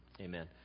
amen